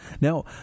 Now